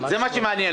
1,600 בשפרעם,